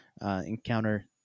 encounter